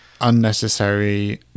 unnecessary